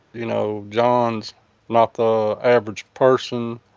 you know, john's not the average person,